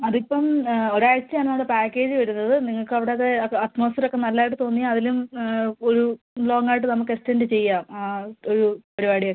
അതിപ്പം ഒരാഴ്ച ആണ് നമ്മുടെ പാക്കേജ് വരുന്നത് നിങ്ങൾക്ക് അവിടെ അത് അറ്റ്മോസ്ഫിയർ ഒക്കെ നല്ലതായിട്ട് തോന്നിയാൽ അതിലും ഒരു ലോംഗ് ആയിട്ട് നമുക്ക് എക്സ്റ്റെൻഡ് ചെയ്യാം ആ ഒരു പരിപാടി ഒക്കെ